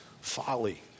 folly